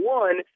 one